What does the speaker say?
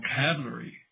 vocabulary